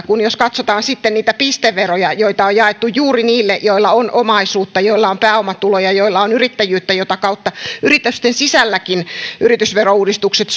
kuin jos katsotaan sitten niitä pisteveroja joita on jaettu juuri niille joilla on omaisuutta joilla on pääomatuloja joilla on yrittäjyyttä mitä kautta yritysten sisälläkin yritysverouudistukset